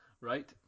right